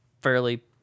fairly